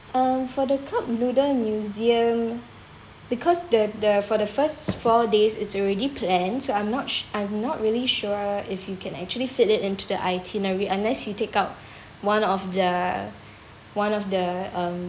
um for the cup noodle museum because the the for the first four days it's already planned so I'm not s~ I'm not really sure if you can actually fit it into the itinerary unless you take out one of the one of the um